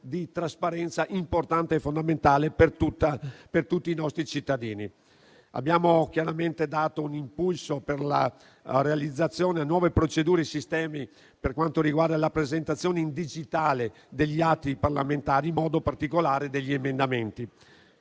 di trasparenza importante e fondamentale per tutti i nostri cittadini. Abbiamo chiaramente dato un impulso per la realizzazione di nuove procedure e sistemi per quanto riguarda la presentazione in digitale degli atti parlamentari, in modo particolare degli emendamenti.